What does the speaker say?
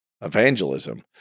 evangelism